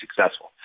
successful